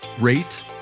rate